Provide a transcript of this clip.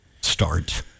start